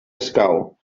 escau